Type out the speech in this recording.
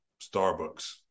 Starbucks